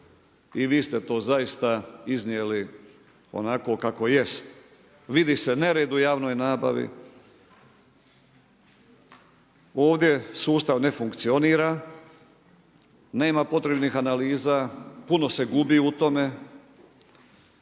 i vi ste to zaista iznijeli onako kako jest. Vidi se nered u javnoj nabavi, ovdje sustav ne funkcionira, nema potrebnih analiza, puno se gubi u tome,